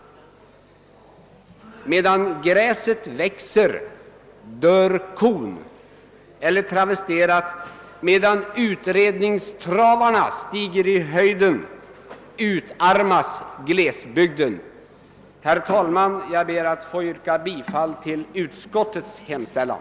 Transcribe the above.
»Medan gräset gror dör kon!» Travesterat: Medan utredningstravarna stiger i höjden utarmas glesbygden. Herr talman! Jag ber att få yrka bifall till utskottets hemställan.